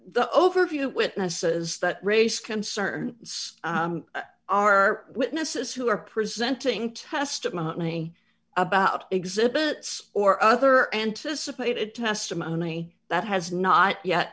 the overview witnesses that raise concern are witnesses who are presenting testimony about exhibits or other anticipated testimony that has not yet